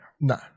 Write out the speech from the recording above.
No